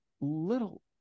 little